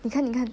你看你看